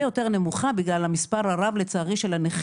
יותר נמוכה בגלל המספר הרב של הנכים,